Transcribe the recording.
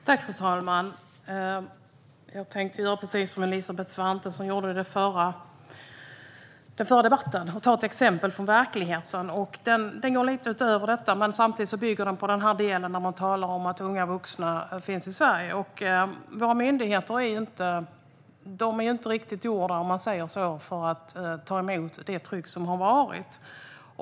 Fru talman! Jag tänkte göra som Elisabeth Svantesson gjorde i den förra debatten, nämligen ta ett exempel från verkligheten. Det går lite utöver detta men bygger samtidigt på den del där man talar om att unga vuxna finns i Sverige. Våra myndigheter är inte riktigt gjorda för att klara av det tryck som har funnits.